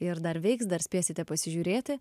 ir dar veiks dar spėsite pasižiūrėti